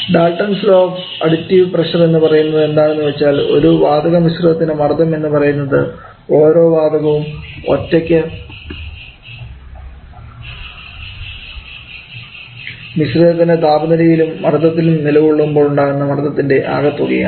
daltons law of additive pressure എന്നു പറയുന്നത് എന്താണെന്ന് വച്ചാൽ ഒരു വാതക മിശ്രിതത്തിൻറെ മർദ്ദം എന്ന് പറയുന്നത് ഓരോ വാതകവും ഒറ്റയ്ക്ക് മിശ്രിതത്തിൻറെ താപനിലയിലും മർദ്ദത്തിലും നിലകൊള്ളുമ്പോൾ ഉണ്ടാക്കുന്ന മർദ്ദത്തിൻറെ ആകെത്തുകയാണ്